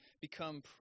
become